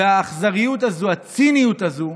האכזריות הזאת, הציניות הזאת,